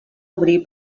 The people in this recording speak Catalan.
obrir